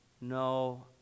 no